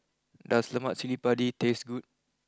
does Lemak Cili Padi taste good